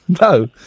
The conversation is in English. no